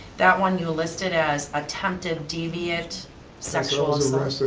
that one you listed as attempted deviate sexual